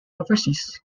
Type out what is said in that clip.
overseas